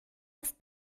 ist